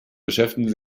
beschäftigen